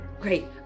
Great